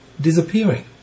disappearing